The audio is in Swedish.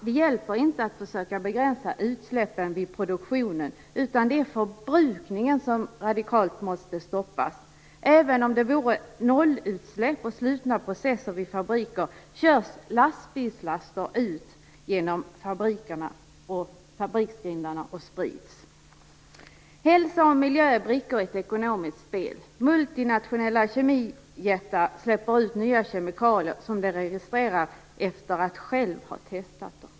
Det hjälper inte att försöka begränsa utsläppen vid produktionen! Det är förbrukningen som radikalt måste stoppas. Även om det vore nollutsläpp och slutna processer vid fabrikerna körs lastbilslaster ut genom fabriksgrindarna och sprids. Hälsa och miljö är brickor i ett ekonomiskt spel. Multinationella kemijättar släpper ut nya kemikalier som de registrerar efter att själva ha testat dem.